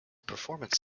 performance